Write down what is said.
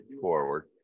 forward